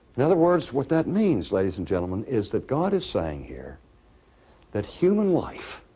in other words, what that means, ladies and gentlemen, is that god is saying here that human life